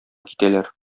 китәләр